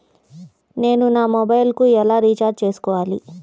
నేను నా మొబైల్కు ఎలా రీఛార్జ్ చేసుకోవాలి?